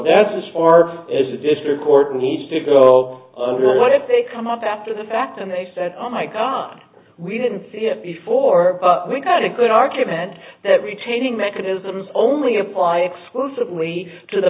that's as far as a district court needs to go under one if they come up after the fact and they sat on my cot we didn't before we got a good argument that retaining mechanisms only apply exclusively to the